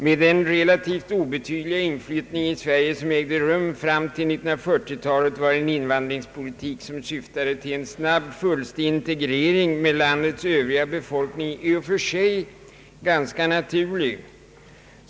Med den relativt obetydliga inflyttningen i Sverige fram till 1940-talet var en invandringspolitik som syftade till en snabb och fullständig integrering med landets övriga befolkning i och för sig ganska naturlig.